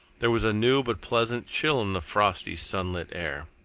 there was a new but pleasant chill in the frosty, sunlit air.